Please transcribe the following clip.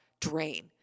drain